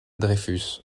dreyfus